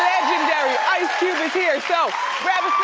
legendary ice cube is here, so grab